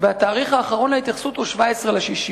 והתאריך האחרון להתייחסות הוא 17 ביוני.